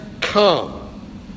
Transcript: come